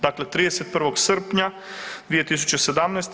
Dakle, 31. srpnja 2017.